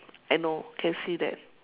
I know can see that